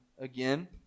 again